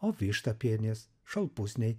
o vištapienės šalpusniai